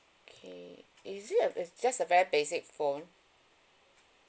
okay is it a just a very basic phone